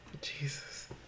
Jesus